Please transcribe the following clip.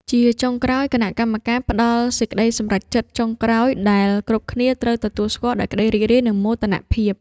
ជាចុងក្រោយ គណៈកម្មការផ្ដល់សេចក្ដីសម្រេចចិត្តចុងក្រោយដែលគ្រប់គ្នាត្រូវទទួលស្គាល់ដោយក្ដីរីករាយ និងមោទនភាព។